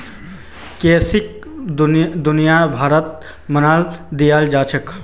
करेंसीक दुनियाभरत मान्यता दियाल जाछेक